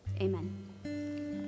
Amen